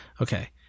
Okay